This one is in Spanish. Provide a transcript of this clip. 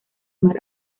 mar